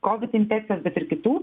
kovid infekcijos bet ir kitų